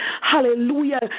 hallelujah